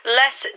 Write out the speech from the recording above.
less